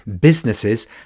businesses